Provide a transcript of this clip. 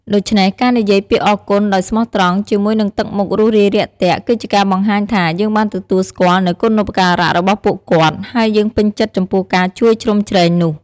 ដូច្នេះ ការនិយាយពាក្យ អរគុណ ដោយស្មោះត្រង់ ជាមួយនឹងទឹកមុខរួសរាយរាក់ទាក់ គឺជាការបង្ហាញថា យើងបានទទួលស្គាល់នូវគុណូបការៈរបស់ពួកគាត់ ហើយយើងពេញចិត្តចំពោះការជួយជ្រោមជ្រែងនោះ។